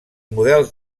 models